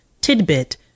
tidbit